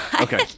Okay